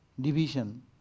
division